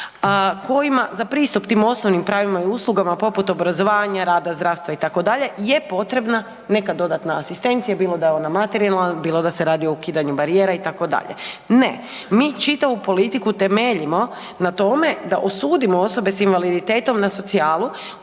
kojima za pristup tim osnovnim pravima i uslugama poput obrazovanja, rada zdravstva itd. je potrebna neka dodatna asistencija, bilo da je ona materijalna, bilo da se radi o ukidanju barijera itd. Ne, mi čitavu politiku temeljimo na tome da osudimo osobe s invaliditetom na socijalu